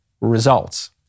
results